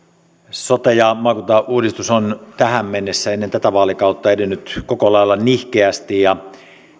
sote ja maakuntauudistus on tähän mennessä ennen tätä vaalikautta edennyt koko lailla nihkeästi